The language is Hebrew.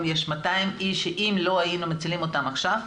יש 200 איש שאם לא היינו מצילים אותם עכשיו,